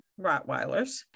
Rottweilers